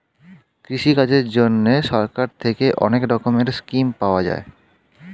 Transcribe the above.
কৃষিকাজের জন্যে সরকার থেকে অনেক রকমের স্কিম পাওয়া যায়